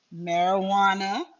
marijuana